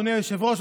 אדוני היושב-ראש,